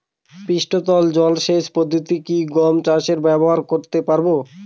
পৃষ্ঠতল জলসেচ পদ্ধতি কি গম চাষে ব্যবহার করতে পারব?